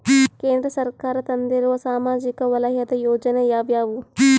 ಕೇಂದ್ರ ಸರ್ಕಾರ ತಂದಿರುವ ಸಾಮಾಜಿಕ ವಲಯದ ಯೋಜನೆ ಯಾವ್ಯಾವು?